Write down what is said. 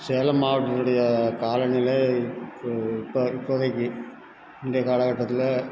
சேலம் மாவட்டத்தினுடைய காலநிலை இப்போ இப்போதைக்கி இன்றைய காலகட்டத்தில்